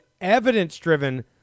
evidence-driven